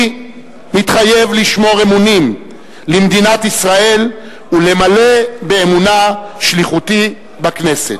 אני מתחייב לשמור אמונים למדינת ישראל ולמלא באמונה את שליחותי בכנסת.